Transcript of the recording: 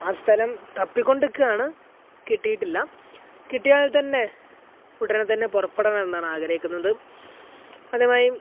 ആ സ്ഥലം തപ്പിക്കൊണ്ടാണ് കിട്ടിയിട്ടില്ല കിട്ടിയാൽ തന്നെ ഉടനെ തന്നെ പുറപ്പെടണം എന്നാണ് ആഗ്രഹിക്കുന്നത് അതുമായി